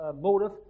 motive